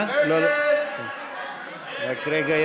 רק רגע.